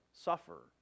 suffer